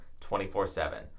24-7